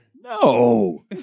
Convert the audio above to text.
No